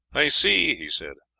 i see, he said,